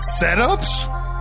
setups